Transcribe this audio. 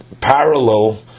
parallel